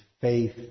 faith